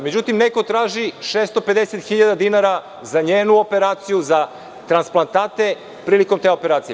Međutim, neko traži 650.000 dinara za njenu operaciju, za transplantate prilikom te operacije.